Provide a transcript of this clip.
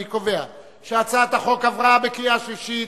אני קובע שהצעת החוק עברה בקריאה שלישית,